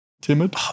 timid